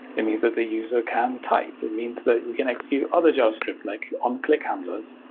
it means that the user can type. it means that we can execute other javascript like on-click handlers.